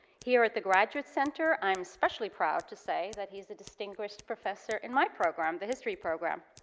here at the graduate center i'm especially proud to say that he's a distinguished professor in my program, the history program.